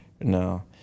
No